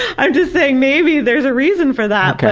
i'm just saying maybe there's a reason for that.